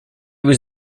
was